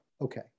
Okay